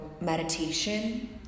meditation